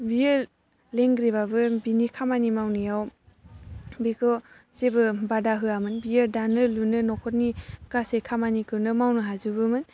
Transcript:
बियो लेंग्रिबाबो बिनि खामानि मावनायाव बिखौ जेबो बादा होआमोन बियो दानो लुनो न'खरनि गासै खामानिखौनो मावनो हाजोबोमोन